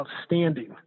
outstanding